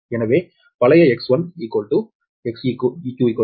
எனவே பழைய X1 Xeq 0